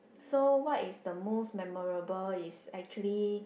so what is the most memorable is actually